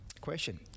question